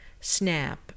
SNAP